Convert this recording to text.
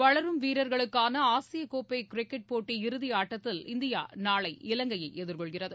வளரும் வீரர்களுக்கான ஆசிய கோப்பை கிரிக்கெட் போட்டி இறுதி ஆட்டத்தில் இந்தியா நாளை இலங்கையை எதிர்கொள்கிறது